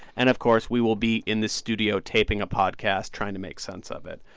and, of course, we will be in the studio taping a podcast, trying to make sense of it.